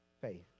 faith